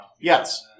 Yes